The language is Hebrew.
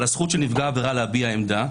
על הזכות של נפגע העבירה להביע עמדה,